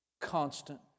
constant